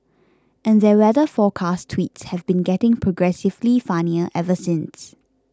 and their weather forecast tweets have been getting progressively funnier ever since